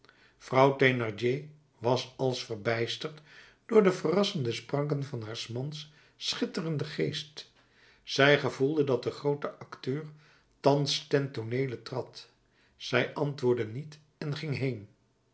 vrouw thénardier was als verbijsterd door de verrassende spranken van haars mans schitterenden geest zij gevoelde dat de groote acteur thans ten tooneele trad zij antwoordde niet en ging heen